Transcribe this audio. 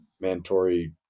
mandatory